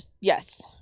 Yes